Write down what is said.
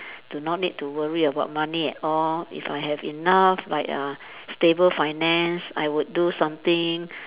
do not need to worry about money at all if I have enough like uh stable finance I would do something